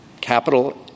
capital